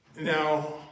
Now